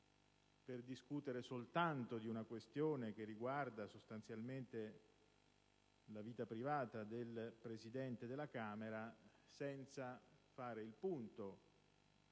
per discutere soltanto di una questione riguardante sostanzialmente la vita privata del Presidente della Camera, senza fare il punto